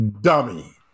dummy